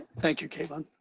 thank you, caitlin.